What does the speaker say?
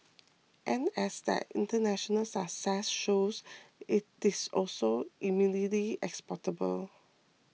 and as their international success shows it is also eminently exportable